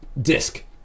disc